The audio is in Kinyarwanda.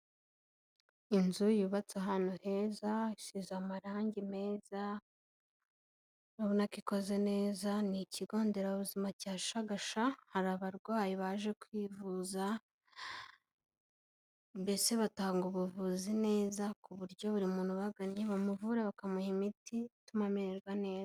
Inzu yubatse ahantu heza hasize amarangi meza urabona ko ikoze neza, ni ikigo nderabuzima cya Shagasha hari abarwayi baje kwivuza, mbese batanga ubuvuzi neza ku buryo buri muntu ubagannye bamuvura bakamuha imiti ituma amererwa neza.